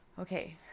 okay